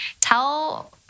Tell